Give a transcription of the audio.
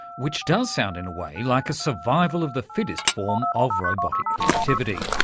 which does sound in a way like a survival of the fittest form of robotic creativity.